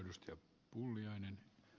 herra puhemies